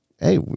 hey